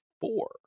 four